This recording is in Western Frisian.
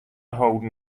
holden